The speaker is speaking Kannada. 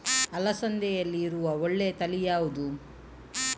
ಅಲಸಂದೆಯಲ್ಲಿರುವ ಒಳ್ಳೆಯ ತಳಿ ಯಾವ್ದು?